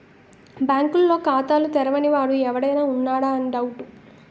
బాంకుల్లో ఖాతాలు తెరవని వాడు ఎవడైనా ఉన్నాడా అని డౌటు